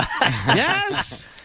Yes